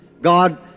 God